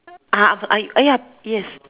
ah I I uh ya yes